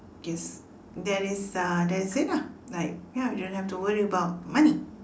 I guess that is uh that is it lah like ya you don't have to worry about money